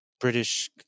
British